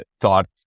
thought